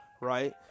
Right